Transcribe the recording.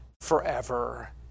forever